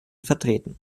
vertreten